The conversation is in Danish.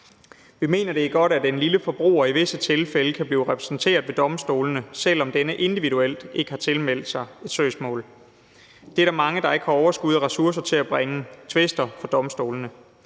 Vi mener, det er godt, at den lille forbruger i visse tilfælde kan blive repræsenteret ved domstolene, selv om denne individuelt ikke har tilmeldt sig et søgsmål. Der er mange, der ikke har overskud og ressourcer til at bringe tvister for domstolene.